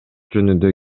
жөнүндө